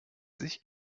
sich